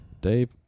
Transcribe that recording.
Dave